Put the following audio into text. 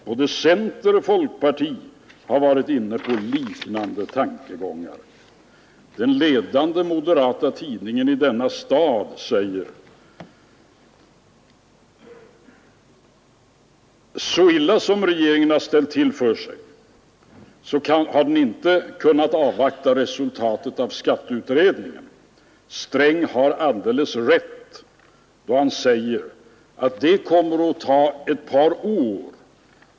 Både center och folkparti har varit inne på liknande tankegångar.” Den ledande moderata tidningen i denna stad säger: ”Så illa som regeringen har ställt till för sig har den inte kunnat avvakta resultatet av skatteutredningen. Sträng har alldeles rätt då han säger att det kommer att ta ett par år.